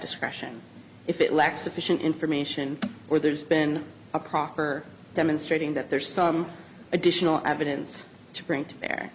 discretion if it lacks sufficient information or there's been a crocker demonstrating that there's some additional evidence t